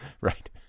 Right